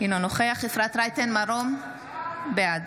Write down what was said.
אינו נוכח אפרת רייטן מרום, בעד